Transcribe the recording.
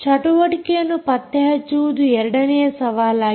ಚಟುವಟಿಕೆಯನ್ನು ಪತ್ತೆಹಚ್ಚುವುದು ಎರಡನೆಯ ಸವಾಲಾಗಿದೆ